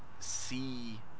see